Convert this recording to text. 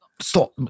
stop